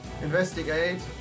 Investigate